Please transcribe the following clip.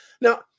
Now